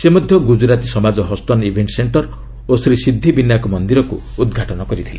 ସେ ମଧ୍ୟ ଗୁଜ୍ଜୁରାଟୀ ସମାଜ ହଷ୍ଟନ ଇଭେଣ୍ଟ ସେଣ୍ଟର ଓ ଶ୍ରୀ ସିଦ୍ଧିବିନାୟକ ମନ୍ଦିରକୁ ଉଦ୍ଘାଟନ କରିଥିଲେ